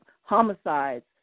homicides